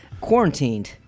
quarantined